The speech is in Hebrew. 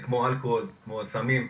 כמו אלכוהול, כמו סמים,